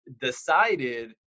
decided